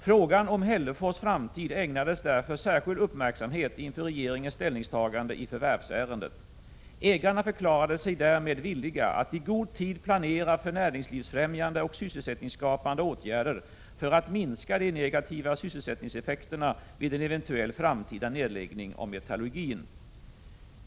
Frågan om Hällefors framtid ägnades därför särskild uppmärksamhet inför regeringens ställningstagande i förvärvsärendet. Ägarna förklarade sig därvid villiga att i god tid planera för näringslivsfrämjande och sysselsättningsskapande åtgärder för att minska de negativa sysselsättningseffekterna vid en eventuell framtida nedläggning av metallurgin.